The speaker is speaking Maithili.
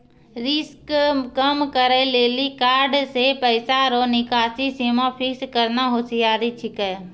रिस्क कम करै लेली कार्ड से पैसा रो निकासी सीमा फिक्स करना होसियारि छिकै